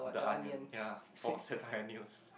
the onion ya for satire news